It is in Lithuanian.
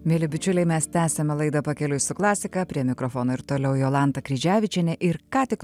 mieli bičiuliai mes tęsiame laidą pakeliui su klasika prie mikrofono ir toliau jolanta kryževičienė ir ką tik